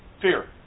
Fear